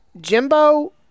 Jimbo